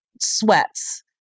sweats